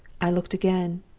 i looked again,